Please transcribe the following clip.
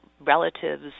relatives